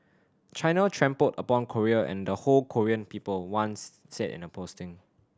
China trampled upon Korea and the whole Korean people one said in a posting